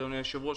אדוני היושב-ראש,